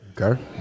Okay